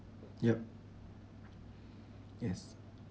yup yes